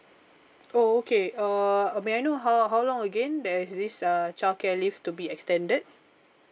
oh okay uh uh may I know how how long again there's this uh childcare leave to be extended